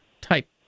type